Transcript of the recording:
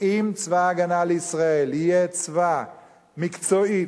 אם צבא-הגנה לישראל יהיה צבא מקצועי,